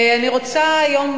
אני רוצה היום,